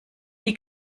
die